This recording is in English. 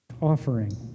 offering